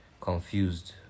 confused